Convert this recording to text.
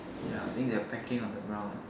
ya I think they are pecking on the ground ah